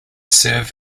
serve